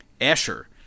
Asher